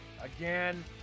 Again